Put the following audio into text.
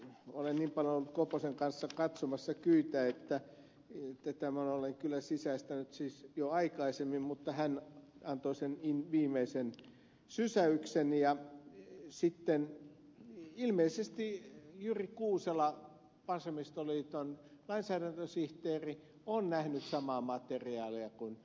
olen niin paljon ollut koposen kanssa katsomassa kyitä että tämän olen kyllä sisäistänyt siis jo aikaisemmin mutta hän antoi sen viimeisen sysäyksen ja sitten ilmeisesti jyri kuusela vasemmistoliiton lainsäädäntösihteeri on nähnyt samaa materiaalia kuin ed